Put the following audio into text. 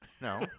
No